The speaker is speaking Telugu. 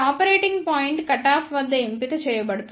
ఇక్కడ ఆపరేటింగ్ పాయింట్ కటాఫ్ వద్ద ఎంపిక చేయబడుతుంది